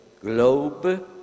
globe